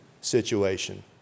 situation